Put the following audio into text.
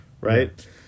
right